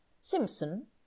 Simpson